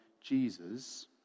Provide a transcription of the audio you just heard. Jesus